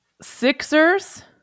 Sixers